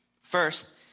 First